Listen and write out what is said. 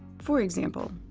for example,